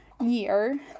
year